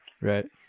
Right